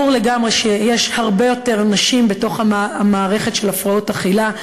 ברור לגמרי שיש הרבה יותר נשים בתוך המערכת של הפרעות אכילה,